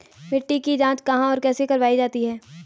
मिट्टी की जाँच कहाँ और कैसे करवायी जाती है?